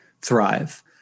thrive